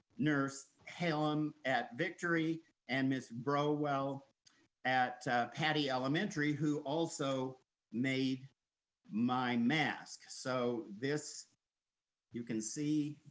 nurse halem at victory and miss browell at pattie elementary who also made my mask. so this you can see